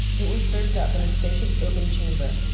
it was served up in a spacious oaken chamber,